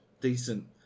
decent